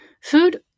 Food